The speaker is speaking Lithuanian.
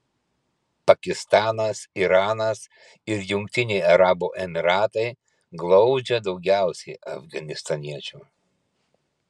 pakistanas iranas ir jungtiniai arabų emyratai glaudžia daugiausiai afganistaniečių